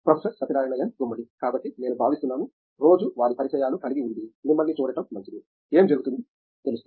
professor Satyanarayana N Gummadi కాబట్టి నేను భావిస్తున్నాను రోజువారీ పరిచయాలు కలిగి ఉండి మిమ్మల్ని చూడటం మంచిది ఏమి జరుగుతుంది తెలుస్తుంది